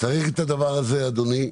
צריך את הדבר הזה, אדוני.